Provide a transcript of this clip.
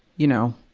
you know,